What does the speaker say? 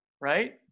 Right